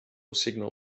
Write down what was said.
signal